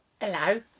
hello